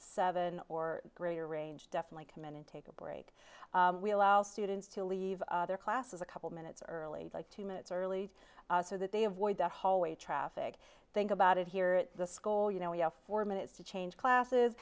seven or greater range definitely come in and take a break we allow students to leave their classes a couple minutes early like two minutes early so that they avoid that hallway traffic think about it here at the school you know we have four minutes to change classes